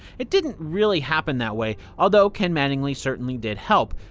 it didn't really happen that way, although ken mattingly certainly did help.